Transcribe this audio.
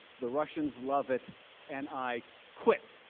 the russians love it and i quit.